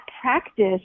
practice